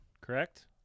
correct